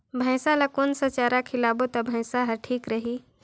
भैसा ला कोन सा चारा खिलाबो ता भैंसा हर ठीक रही?